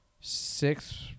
six